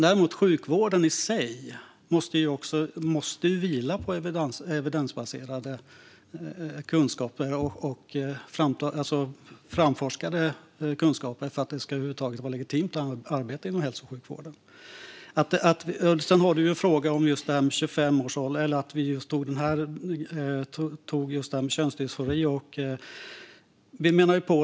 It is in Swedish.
Hälso och sjukvården i sig måste vila på evidensbaserade och framforskade kunskaper för att den över huvud taget ska vara legitim. Sedan var det frågan om 25-årsgräns för operationer när det gäller könsdysfori.